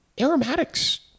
aromatics